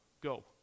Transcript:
go